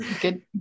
good